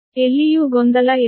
ಎಲ್ಲಿಯೂ ಗೊಂದಲ ಇರಬಾರದು